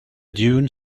dune